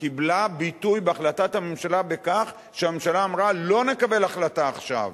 קיבלה ביטוי בהחלטת הממשלה בכך שהממשלה אמרה: לא נקבל החלטה עכשיו,